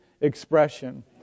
expression